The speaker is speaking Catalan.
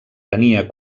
tenia